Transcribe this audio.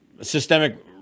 systemic